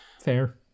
Fair